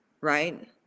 right